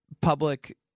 public